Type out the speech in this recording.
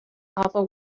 awful